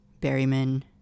Berryman